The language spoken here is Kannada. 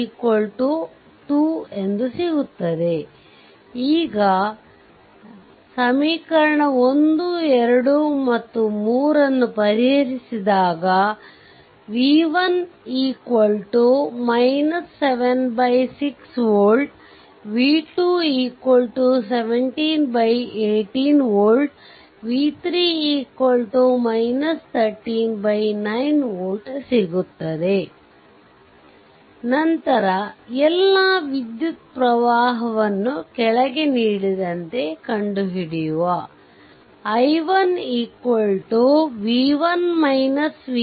ಈಗ 1 2 ಮತ್ತು 3 ಸಮೀಕರಣವನ್ನು ಪರಿಹರಿಸಿದಾಗ v1 7 6 voltv2 17 18 volt v3 13 9 volt ಸಿಗುತ್ತದೆ ನಂತರ ಎಲ್ಲ ವಿದ್ಯುತ್ ಪ್ರವಾಹ ವನ್ನು ಕೆಳಗೆ ನೀಡಿದಂತೆ ಕಂಡು ಹಿಡಿಯುವ i1 0